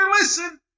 listen